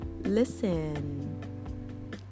listen